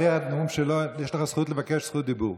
אחרי הנאום שלו יש לך זכות לבקש זכות דיבור.